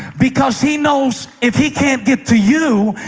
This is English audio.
because he knows if he can't get to you,